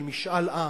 של משאל עם,